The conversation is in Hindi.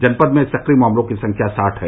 जनपद में सक्रिय मामलों की संख्या साठ है